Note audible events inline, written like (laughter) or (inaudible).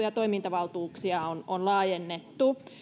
(unintelligible) ja toimintavaltuuksia on on laajennettu